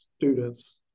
students